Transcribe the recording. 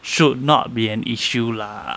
should not be an issue lah